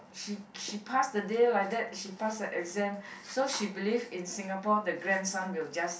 she she pass the day like that she pass the exam so she believe in Singapore the grandson will just